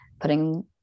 putting